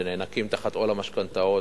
שנאנקים תחת עול המשכנתאות,